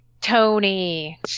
Tony